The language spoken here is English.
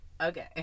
okay